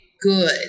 good